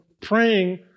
praying